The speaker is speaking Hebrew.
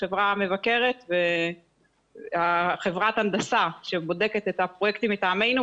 חברת הנדסה שבודקת את הפרויקטים מטעמנו,